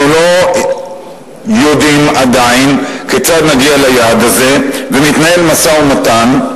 אנחנו לא יודעים עדיין כיצד נגיע ליעד הזה ומתנהל משא-ומתן.